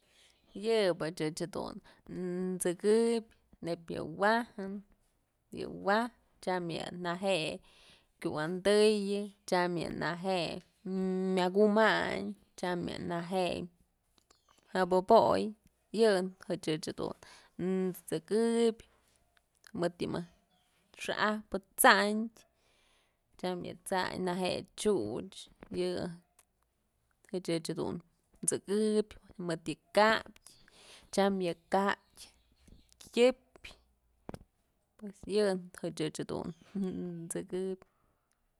Yëbëch ëch dun t'sëkëbyë neyb yë wajën, yë waj tyam yë naje'e kyëwi'indëyë tyam yë naje'e mya kumayn eyam yë naje'e myabëboy yë ëch jadun t'sëkëbyë mëd yë mëjk xa'ajpë t'sandyë, tyam yë t'sandyë ne je'e chyuch yë ëch dun t'sëkëbyë mëdë yë katyë tyam yë katyë tyëpyë yëch ëch dun t'sëkëbyë.